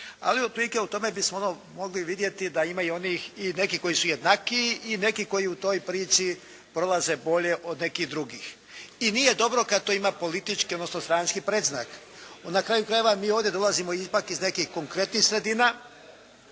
u tome bismo ono mogli vidjeti da ima i onih nekih koji su jednakiji i nekih koji u toj priči prolaze bolje od nekih drugih. I nije dobro kad to ima politički odnosno stranački predznak. Na kraju krajeva mi ovdje dolazimo ipak iz nekih konkretnih sredina